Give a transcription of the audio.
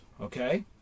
okay